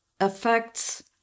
affects